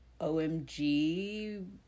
OMG